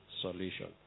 Solution